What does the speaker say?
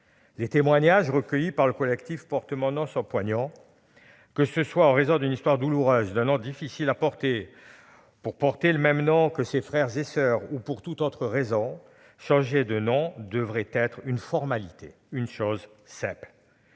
Les témoignages recueillis par le collectif Porte mon nom sont poignants. Que ce soit en raison d'une histoire douloureuse ou d'un nom difficile à porter, pour porter le même nom que ses frères et soeurs ou pour toute autre raison, changer de nom devrait être une formalité, une chose simple.